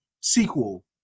sequel